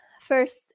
First